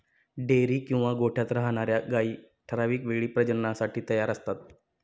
dairy किंवा गोठ्यात राहणार्या गायी ठराविक वेळी प्रजननासाठी तयार असतात